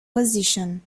position